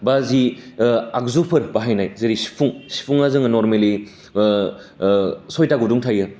बा जि आगजुफोर बाहायनाय जेरै सिफुं सिफुङा जोङो नरमेलि सइथा गुदुं थायो खिन्थु